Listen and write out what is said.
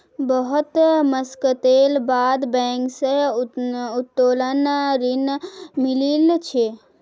बहुत मशक्कतेर बाद बैंक स उत्तोलन ऋण मिलील छ